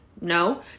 No